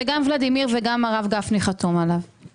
שגם ולדימיר וגם הרב גפני חתומים עליו